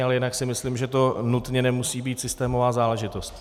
Ale jinak si myslím, že to nutně nemusí být systémová záležitost.